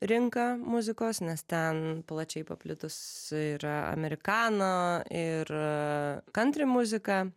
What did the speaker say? rinką muzikos nes ten plačiai paplitus yra amerikana ir kantri muzika